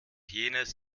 jenes